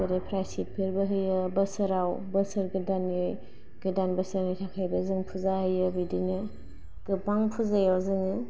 जेरै प्रायश्चितफोरबो होयो बोसोराव बोसोर गोदाननि गोदान बोसोरनि थाखायबो जों फुजा होयो बिदिनो गोबां फुजायाव जोङो